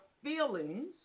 Feelings